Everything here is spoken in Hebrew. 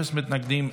אפס מתנגדים,